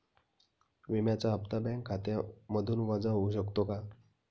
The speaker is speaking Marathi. विम्याचा हप्ता बँक खात्यामधून वजा होऊ शकतो का?